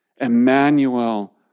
Emmanuel